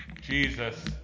Jesus